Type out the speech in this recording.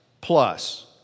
plus